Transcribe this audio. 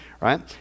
right